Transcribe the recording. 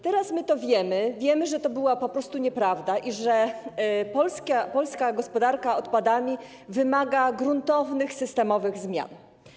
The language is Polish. Teraz my to wiemy, wiemy, że to była po prostu nieprawda i że polska gospodarka odpadami wymaga gruntownych systemowych zmian.